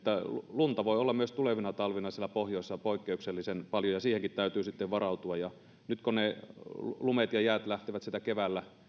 lunta voi olla myös tulevina talvina siellä pohjoisessa poikkeuksellisen paljon ja siihenkin täytyy sitten varautua nyt kun ne lumet ja jäät lähtevät sieltä keväällä